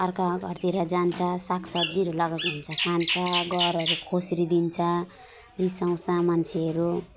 अर्काको घरतिर जान्छ साग सब्जीहरू लगाएको हुन्छ खान्छ घरहरू खोस्रिदिन्छ रिसाउँछ मान्छेहरू